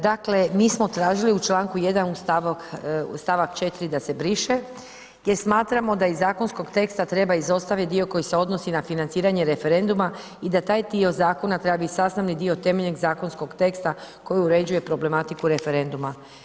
Dakle, mi smo tražili u čl. st. 4 da se briše jer smatramo da iz zakonskog teksta treba izostaviti dio koji se odnosi na financiranje referenduma i da taj dio zakona treba biti sastavni dio temeljnog zakonskog teksta koji uređuje problematiku referenduma.